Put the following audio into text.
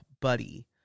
buddy